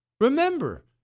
Remember